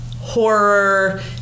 Horror